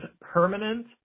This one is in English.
permanent